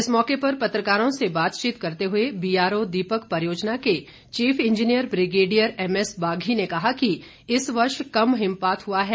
इस मौके पर पत्रकारों से बातचीत करते हुए बीआरओ दीपक परियोजना के chief engineer brigadier MS Baghi ने कहा कि इस वर्ष कम हिमपात हुआ है